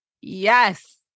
Yes